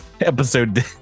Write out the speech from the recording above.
episode